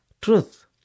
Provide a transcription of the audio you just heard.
truth